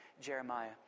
Jeremiah